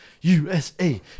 USA